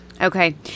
Okay